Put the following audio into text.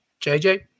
JJ